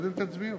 קודם תצביעו.